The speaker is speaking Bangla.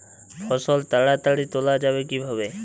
ফসল তাড়াতাড়ি তোলা যাবে কিভাবে?